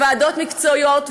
ועדה מקצועית,